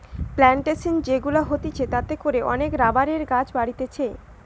plantation যে গুলা হতিছে তাতে করে অনেক রাবারের গাছ বাড়তিছে